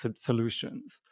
solutions